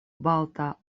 balta